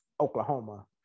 oklahoma